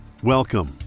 Welcome